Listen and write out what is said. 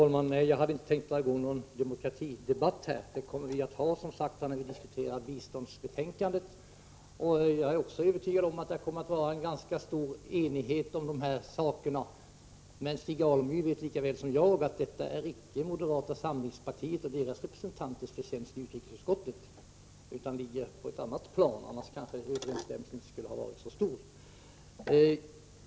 Herr talman! Jag hade inte tänkt dra i gång någon demokratidebatt här. En sådan kommer vi, som sagts, att föra när vi diskuterar biståndsbetänkandet. Jag är övertygad om att det då kommer att vara ganska stor enighet i dessa frågor. Men Stig Alemyr vet lika väl som jag att förtjänsten för detta inte kan tillskrivas moderata samlingspartiets representanter i utrikesutskottet. Under andra förhållanden skulle överensstämmelsen inte ha varit så stor.